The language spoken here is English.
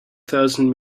thousand